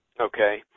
Okay